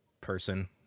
person